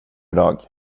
dag